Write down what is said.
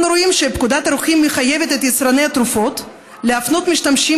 אנו רואים שפקודת הרוקחים מחייבת את יצרני התרופות להפנות משתמשים